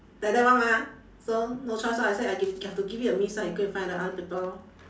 like that [one] mah so no choice orh I say I gi~ have to give it a miss ah you go and find other people lor